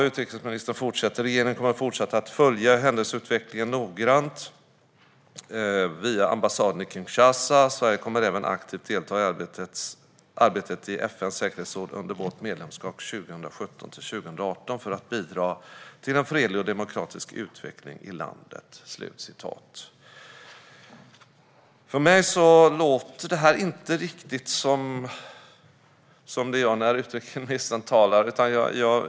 Utrikesministern fortsatte: "Regeringen kommer fortsatt att följa händelseutvecklingen noggrant via ambassaden i Kinshasa. Sverige kommer även aktivt delta i arbetet i FN:s säkerhetsråd under vårt medlemskap 2017-2018 för att bidra till en fredlig och demokratisk utveckling i landet." För mig låter det här inte riktigt som det gör när utrikesministern talar.